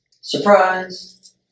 surprise